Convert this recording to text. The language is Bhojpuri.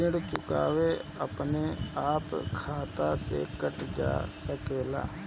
ऋण चुकौती अपने आप खाता से कट सकेला?